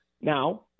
Now